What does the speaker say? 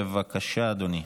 בבקשה, אדוני.